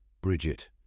Bridget